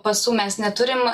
pasų mes neturim